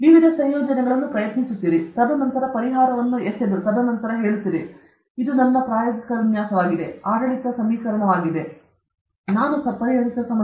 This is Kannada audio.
ನೀವು ವಿವಿಧ ಸಂಯೋಜನೆಗಳನ್ನು ಪ್ರಯತ್ನಿಸುತ್ತೀರಿ ತದನಂತರ ಪರಿಹಾರವನ್ನು ಎಸೆದು ತದನಂತರ ನೀವು ಹೇಳುತ್ತೀರಿ ಇದು ನನ್ನ ಪ್ರಾಯೋಗಿಕ ವಿನ್ಯಾಸವಾಗಿರುತ್ತದೆ ಇದು ಆಡಳಿತ ಸಮೀಕರಣವಾಗಿರುತ್ತದೆ ನಾನು ಪರಿಹರಿಸುವ ಸಮಸ್ಯೆ ಇದು